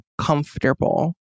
comfortable